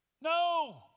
no